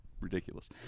ridiculous